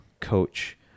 coach